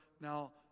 now